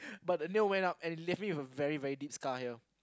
but the nail went up and it left me with a very very deep scar here